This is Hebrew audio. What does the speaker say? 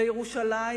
לירושלים,